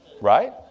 Right